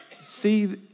see